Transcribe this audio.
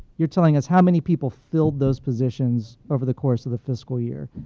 you're telling us how many people filled those positions over the course of the fiscal year.